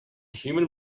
human